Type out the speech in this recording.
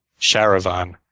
Sharavan